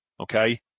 Okay